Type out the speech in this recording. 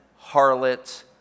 harlot